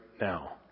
now